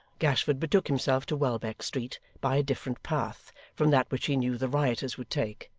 gashford betook himself to welbeck street by a different path from that which he knew the rioters would take,